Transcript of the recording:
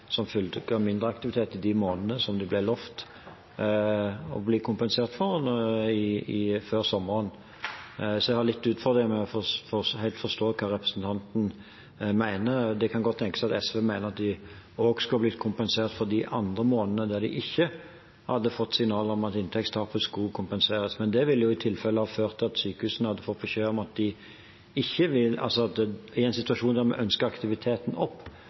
som fulgte av mindre aktivitet i de månedene de ble lovet å bli kompensert for før sommeren, så jeg har litt utfordringer med helt å forstå hva representanten mener. Det kan godt tenkes at SV mener at de også skulle ha blitt kompensert for de andre månedene, da de ikke hadde fått signaler om at inntektstapet skulle kompenseres, men det ville i tilfelle ha ført til at sykehusene i en situasjon der vi ønsket å få aktiviteten opp, ikke hadde hatt et økonomisk insentiv til å få aktiviteten opp